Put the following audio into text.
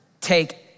take